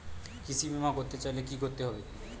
কৃষি বিমা করতে চাইলে কি করতে হবে?